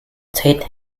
tait